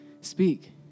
Speak